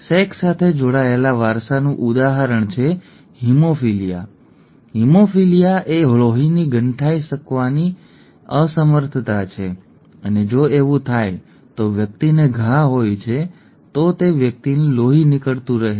sex સાથે જોડાયેલા વારસાનું ઉદાહરણ છે હીમોફીલિયા હીમોફીલિયા એ લોહીની ગંઠાઈ શકવાની અસમર્થતા છે અને જો એવું થાય તો વ્યક્તિને ઘા હોય છે તો તે વ્યક્તિને લોહી નીકળતું રહે છે